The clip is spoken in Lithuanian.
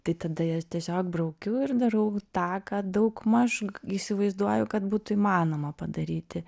tai tada ją tiesiog braukiu ir darau tą ką daug maš įsivaizduoju kad būtų įmanoma padaryti